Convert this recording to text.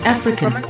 African